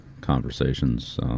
conversations